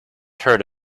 heard